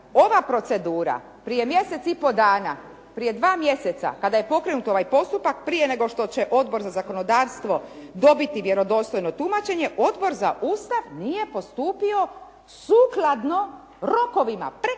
ova procedura prije mjesec i pol dana, prije dva mjeseca kada je pokrenut ovaj postupak, prije nego što će Odbor za zakonodavstvo dobiti vjerodostojno tumačenje, Odbor za Ustav nije postupio sukladno rokovima, prekluzivnim